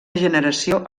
generació